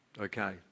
Okay